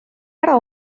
ära